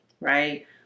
right